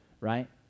right